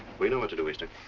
we know what to do, easter.